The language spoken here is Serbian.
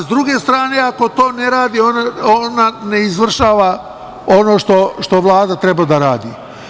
Sa druge strane, ako to ne radi onda ne izvršava ono što Vlada treba da radi.